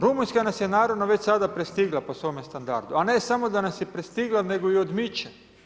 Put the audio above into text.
Rumunjska nas je naravno već sada pristigla po svome standardu, a ne samo da nas je prestigla nego i odmiče.